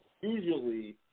Usually